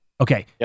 Okay